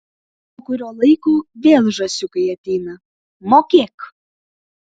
po kurio laiko vėl žąsiukai ateina mokėk